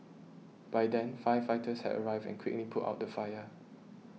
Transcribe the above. by then firefighters had arrived and quickly put out the fire